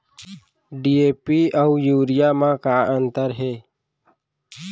DAP अऊ urea म का अंतर हे?